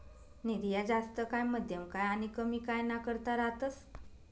निधी ह्या जास्त काय, मध्यम काय आनी कमी काय ना करता रातस